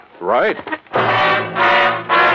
Right